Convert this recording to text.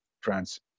france